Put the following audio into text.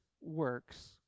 works